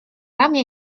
ramę